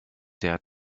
der